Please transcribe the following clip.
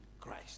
Christ